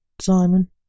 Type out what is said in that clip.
Simon